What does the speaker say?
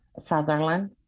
Sutherland